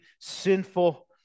sinful